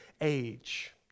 age